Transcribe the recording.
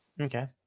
Okay